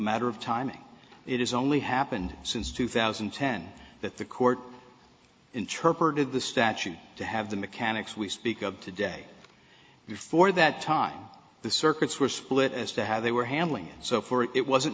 matter of timing it is only happened since two thousand and ten that the court interpreted the statute to have the mechanics we speak of today therefore that time the circuits were split as to how they were handling it so for it it wasn't